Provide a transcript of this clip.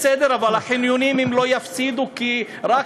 בסדר, אבל החניונים, הם לא יפסידו, רק שיהיה יום.